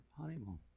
honeymoon